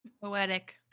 Poetic